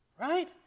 Right